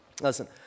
Listen